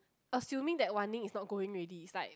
assuming that Wan-Ning is not going already is like